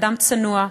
אדם צנוע,